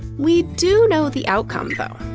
we do know the outcome, though.